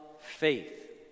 faith